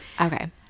Okay